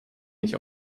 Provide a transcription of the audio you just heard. nicht